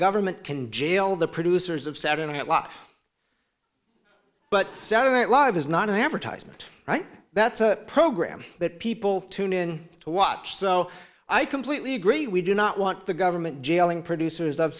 government can jail the producers of said in a lot but saturday night live is not an advertisement that's a program that people tune in to watch so i completely agree we do not want the government jailing producers of